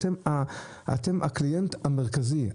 אתם הקליינט המרכזי.